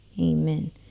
Amen